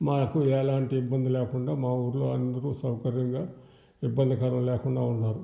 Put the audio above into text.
మాకు ఎలాంటి ఇబ్బంది లేకుండా మా ఊళ్ళో అందరు సౌకర్యంగా ఇబ్బందికరం లేకుండా ఉన్నారు